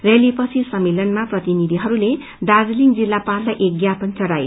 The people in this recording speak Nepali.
रयालीपछि सम्मेलनका प्रतिनिधिहरूले दार्जालिङ जिल्लापाललाई एक मापन चढ़ाए